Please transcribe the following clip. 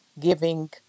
giving